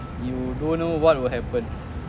you don't know what will happen